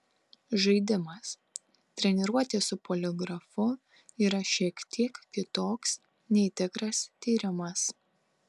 žaidimas treniruotė su poligrafu yra šiek tiek kitoks nei tikras tyrimas